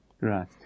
Right